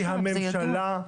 הממשלה,